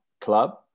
club